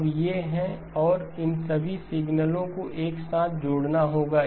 अब ये हैं और इन सभी सिग्नलो को एक साथ जोड़ना होगा